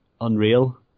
unreal